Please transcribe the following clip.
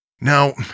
Now